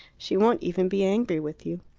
she won't even be angry with you.